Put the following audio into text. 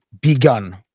begun